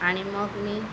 आणि मग मी